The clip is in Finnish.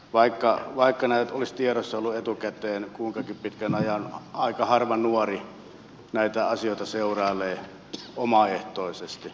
vaikka nämä olisivat olleet tiedossa etukäteen kuinkakin pitkän ajan aika harva nuori näitä asioita seurailee omaehtoisesti